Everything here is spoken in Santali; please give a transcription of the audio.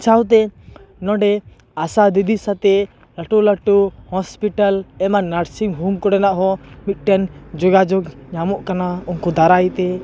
ᱥᱟᱶᱛᱮ ᱱᱚᱰᱮ ᱟᱥᱟ ᱫᱤᱫᱤ ᱥᱟᱛᱮ ᱞᱟᱹᱴᱩ ᱞᱟᱹᱴᱩ ᱦᱳᱥᱯᱤᱴᱟᱞ ᱮᱢᱟᱱ ᱱᱟᱨᱥᱤᱝ ᱦᱳᱢ ᱠᱚᱨᱮᱱᱟᱜ ᱦᱚᱸ ᱢᱤᱫᱴᱮᱱ ᱡᱳᱜᱟᱡᱳᱠ ᱧᱟᱢᱚᱜ ᱠᱟᱱᱟᱩᱱᱠᱩ ᱫᱟᱨᱟᱭ ᱛᱮ